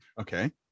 Okay